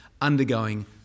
undergoing